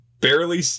barely